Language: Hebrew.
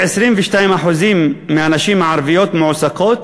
22% מהנשים הערביות מועסקות,